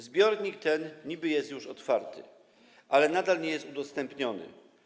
Zbiornik ten niby jest już otwarty, ale nadal nie jest udostępniony.